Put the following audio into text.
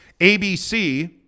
ABC